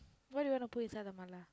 what do you want to put inside the mala